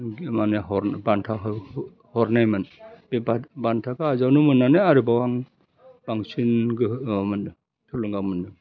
आंनि माने हरनो बान्थाखौ हरनायमोन बे बात बान्थाखौ आजावनो मोननानै आरोबाव आं बांसिन गोहो माने थुलुंगा मोन्दों